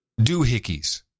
doohickeys